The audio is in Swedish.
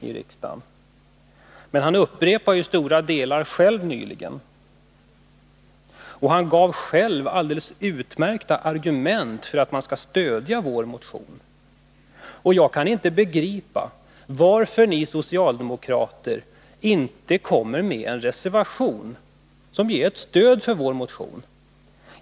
Nu behöver jag inte göra det, eftersom han själv upprepade stora delar av vad han då sade, och han angav alldeles utmärkta argument för att stödja vår motion. Jag kan därför inte begripa varför ni socialdemokrater inte avger en reservation i vilken ni stöder vår motion.